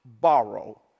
borrow